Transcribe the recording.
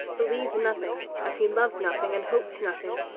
believes nothing, as he loves nothing and hopes nothing.